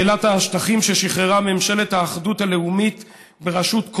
שאלת השטחים ששחררה ממשלת האחדות הלאומית בראשות קודמה,